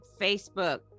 Facebook